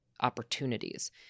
opportunities